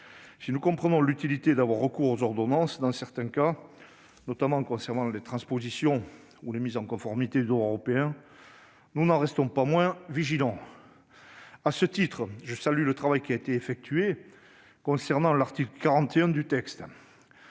Si nous comprenons l'utilité d'avoir recours aux ordonnances dans certains cas, notamment concernant les transpositions ou les mises en conformité au droit européen, nous n'en restons pas moins vigilants. À ce titre, je salue le travail qui a été effectué concernant l'article 41 du texte.